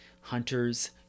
Hunters